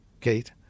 Kate